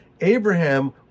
Abraham